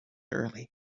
early